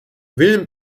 wilhelm